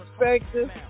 perspective